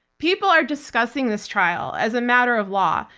people are discussing this trial as a matter of law,